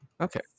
Okay